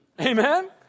Amen